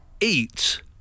eat